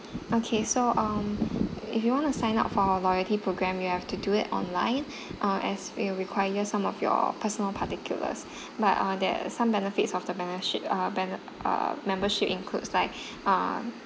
okay so um if you want to sign up for our loyalty programme you have to do it online uh as we require some of your personal particulars but uh there uh some benefits of the membership uh bene~ uh membership includes like um